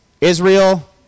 Israel